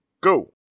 go